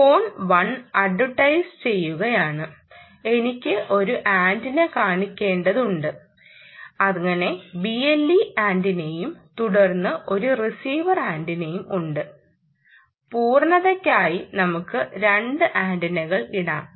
phone 1 advertise ചെയ്യുകയാണ് എനിക്ക് ഒരു ആന്റിന കാണിക്കേണ്ടതുണ്ട് അങ്ങനെ BLE ആന്റിനയും തുടർന്ന് ഒരു റിസീവർ ആന്റിനയും ഉണ്ട് പൂർണ്ണതയ്ക്കായി നമുക്ക് രണ്ട് ആന്റിനകൾ ഇടാം